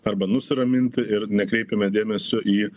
arba nusiraminti ir nekreipiame dėmesio į